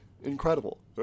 incredible